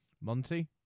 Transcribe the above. Monty